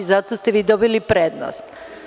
Zato ste vi dobili prednost.